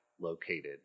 located